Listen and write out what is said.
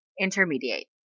Intermediate